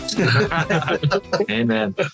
Amen